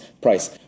price